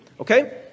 Okay